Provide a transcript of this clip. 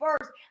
first